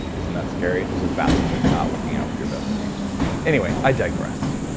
isn't that scary? those little bastards are not looking out for your best interests anyway, i digress.